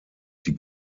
die